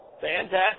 Fantastic